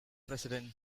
president